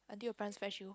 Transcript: until your parents fetch you